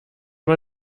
man